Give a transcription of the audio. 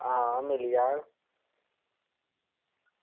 आं मिली जाह्ग